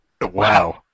Wow